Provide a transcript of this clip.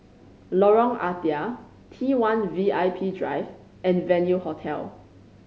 Lorong Ah Thia T One V I P Drive and Venue Hotel